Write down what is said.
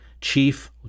Chief